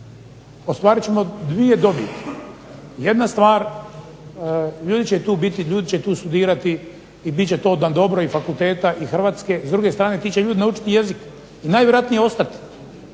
ostvarit ćemo dvije dobiti – jedna stvar ljudi će tu biti, ljudi će tu studirati i bit će to na dobro i fakulteta i Hrvatske. S druge strane ti će ljudi naučiti jezik i najvjerojatnije ostati.